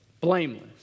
blameless